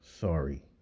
Sorry